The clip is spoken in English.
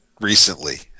recently